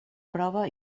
prova